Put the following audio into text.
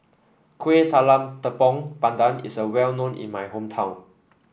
Kueh Talam Tepong Pandan is well known in my hometown